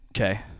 Okay